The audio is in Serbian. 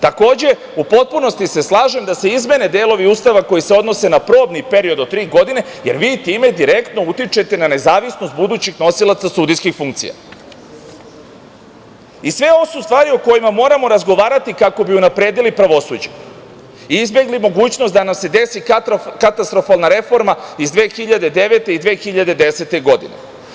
Takođe, u potpunosti se slažem da se izmene delovi Ustava koji se odnose na probni period do tri godine, jer vi time direktno utičete na nezavisnost budućih nosilaca sudijskih funkcija i sve ovo su stvari o kojima moramo razgovarati kako bi unapredili pravosuđe i izbegli mogućnost da nam se desi katastrofalna reforma iz 2009. i 2010. godine.